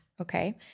okay